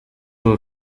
ubu